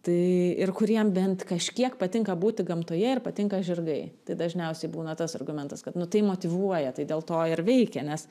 tai ir kuriem bent kažkiek patinka būti gamtoje ir patinka žirgai tai dažniausiai būna tas argumentas kad nu tai motyvuoja tai dėl to ir veikia nes